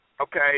Okay